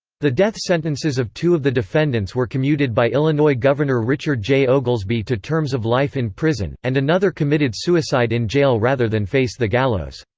the death sentences of two of the defendants were commuted by illinois governor richard j. oglesby to terms of life in prison, and another committed suicide in jail rather than face the gallows.